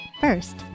First